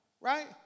right